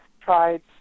tried